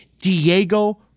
Diego